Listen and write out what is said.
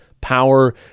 power